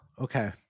Okay